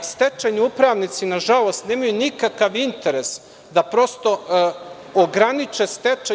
Stečajni upravnici nažalost nemaju nikakav interes da prosto ograniče stečaj.